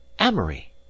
Amory